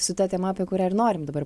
su ta tema apie kurią ir norim dabar